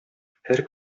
һәр